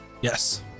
Yes